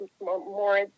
more